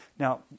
Now